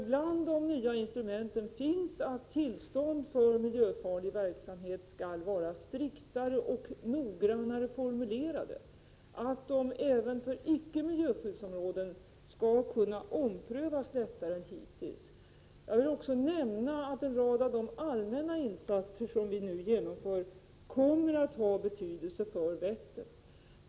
Bland de nya instrumenten finns att tillstånd för miljöfarlig verksamhet skall vara striktare och noggrannare formulerade och att de även för icke miljöskyddsområden skall kunna omprövas lättare än hittills. Jag vill också nämna att en rad av de allmänna insatser som vi nu genomför kommer att ha betydelse för Vättern.